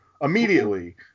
immediately